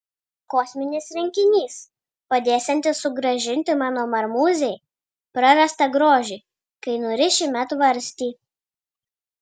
kosminis rinkinys padėsiantis sugrąžinti mano marmūzei prarastą grožį kai nurišime tvarstį